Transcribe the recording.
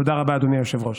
תודה רבה, אדוני היושב-ראש.